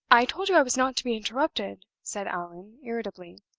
i told you i was not to be interrupted, said allan, irritably.